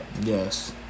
Yes